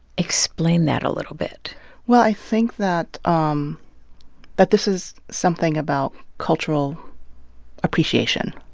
explain that a little bit well, i think that um that this is something about cultural appreciation,